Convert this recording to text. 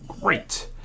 great